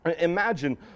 Imagine